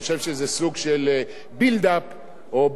או בנייה של טענה שהיא חסרת שחר.